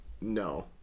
No